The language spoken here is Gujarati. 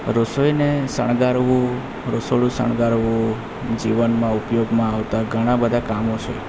રસોઈને શણગારવું રસોડું શણગારવું જીવનમાં ઉપયોગમાં આવતાં ઘણાં બધાં કામો છે